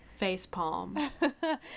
facepalm